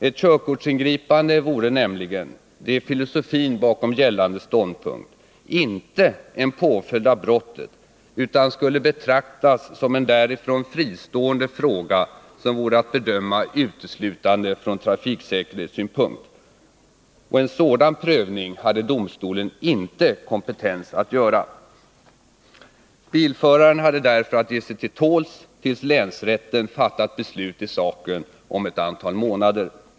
Ett körkortsingripande vore nämligen — det är filosofin bakom gällande ståndpunkt —- inte en påföljd av brottet utan skulle betraktas som en därifrån fristående fråga som vore att bedöma uteslutande från trafiksäkerhetssynpunkt. Och en sådan prövning hade domstolen inte kompetens att göra. Bilföraren hade därför att ge sig till tåls tills länsrätten fattat beslut i saken om ett antal månader.